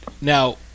Now